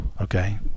Okay